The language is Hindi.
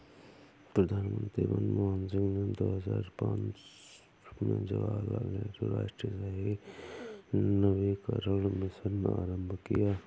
प्रधानमंत्री मनमोहन सिंह ने दो हजार पांच में जवाहरलाल नेहरू राष्ट्रीय शहरी नवीकरण मिशन आरंभ किया